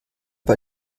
bei